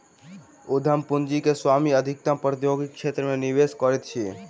उद्यम पूंजी के स्वामी अधिकतम प्रौद्योगिकी क्षेत्र मे निवेश करैत अछि